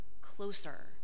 closer